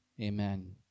amen